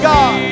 God